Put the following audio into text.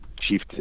chief